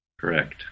Correct